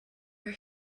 her